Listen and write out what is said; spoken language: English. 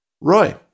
Roy